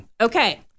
Okay